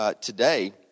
Today